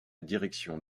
direction